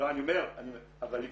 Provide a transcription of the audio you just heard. אבל לפעמים גם